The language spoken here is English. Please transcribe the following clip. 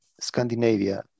Scandinavia